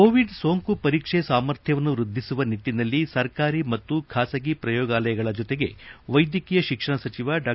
Covid ಸೋಂಕು ಪರೀಕ್ಷೆ ಸಾಮರ್ಥ್ಯವನ್ನು ವೃದ್ದಿಸುವ ನಿಟ್ಟಿನಲ್ಲಿ ಸರ್ಕಾರಿ ಮತ್ತು ಖಾಸಗಿ ಪ್ರಯೋಗಾಲಗಳ ಜೊತೆಗೆ ವೈದ್ಯಕೀಯ ಶಿಕ್ಷಣ ಸಚಿವ ಡಾ